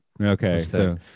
Okay